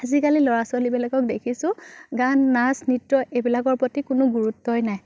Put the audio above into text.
আজিকালি ল'ৰা ছোৱালীবিলাকক দেখিছোঁ গান নাচ নৃত্য এইবিলাকৰ প্ৰতি কোনো গুৰুত্বই নাই